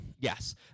Yes